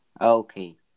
Okay